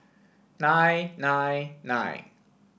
nine nine nine